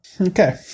okay